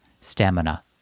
stamina